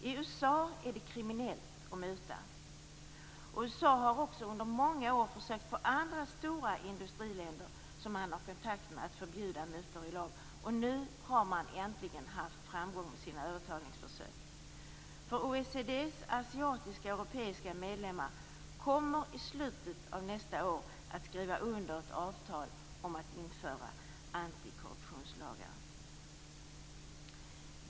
I USA är det kriminellt att muta. USA har också under många år försökt få andra stora industriländer som man har kontakt med att förbjuda mutor i lag. Nu har man äntligen haft framgång med sina övertalningsförsök. OECD:s asiatiska och europeiska medlemmar kommer i slutet av nästa år att skriva under ett avtal om att införa antikorruptionslagar.